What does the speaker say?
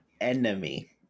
enemy